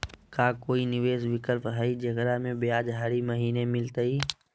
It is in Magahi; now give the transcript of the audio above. का कोई निवेस विकल्प हई, जेकरा में ब्याज हरी महीने मिलतई?